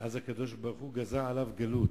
ואז הקדוש-ברוך-הוא גזר עליו גלות.